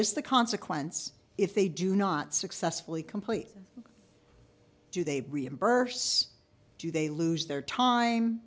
is the consequence if they do not successfully complete do they reimburse do they lose their